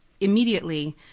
immediately